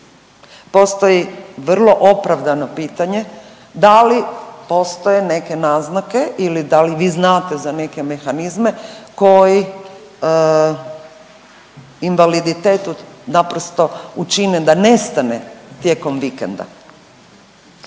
Postoji vrlo opravdano pitanje da li postoje neke naznake ili da li vi znate za neke mehanizme koji invaliditet naprosto učine da nestane tijekom vikenda.